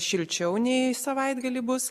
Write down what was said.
šilčiau nei savaitgalį bus